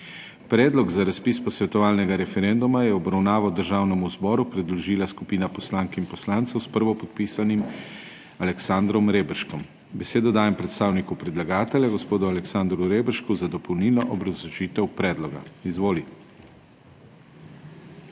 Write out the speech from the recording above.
Predlog za razpis posvetovalnega referenduma je v obravnavo Državnemu zboru predložila skupina poslank in poslancev s prvopodpisanim Aleksandrom Reberškom. Besedo dajem predstavniku predlagatelja gospodu Aleksandru Reberšku za dopolnilno obrazložitev predloga. Izvoli.